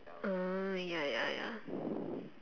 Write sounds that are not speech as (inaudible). oh ya ya ya (breath)